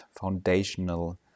foundational